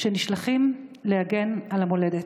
שנשלחים להגן על המולדת.